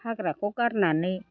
हाग्राखौ गारनानै